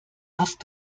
hast